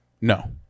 No